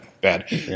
bad